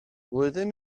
flwyddyn